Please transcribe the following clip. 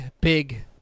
big